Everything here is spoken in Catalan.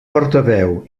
portaveu